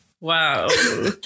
Wow